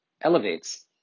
elevates